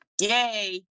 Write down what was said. Yay